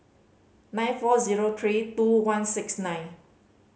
nine four zero three two one six nine